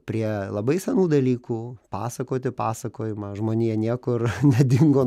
prie labai senų dalykų pasakoti pasakojimą žmonija niekur nedingo